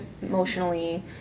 emotionally